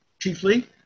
chiefly